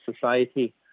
society